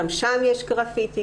גם שם יש גרפיטי,